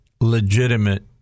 legitimate